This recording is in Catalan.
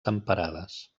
temperades